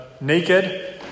naked